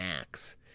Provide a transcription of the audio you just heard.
acts